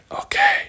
Okay